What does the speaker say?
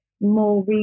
more